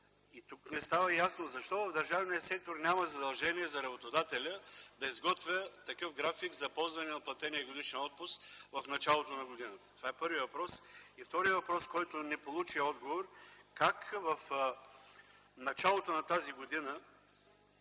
Тук не става ясно защо в държавния сектор няма задължение за работодателя да изготвя такъв график за ползване на платения годишен отпуск в началото на годината. Това е първият въпрос. Вторият въпрос, който не получи отговор: как в началото на тази година